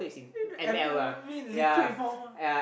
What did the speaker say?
uh every hour mean liquid form ah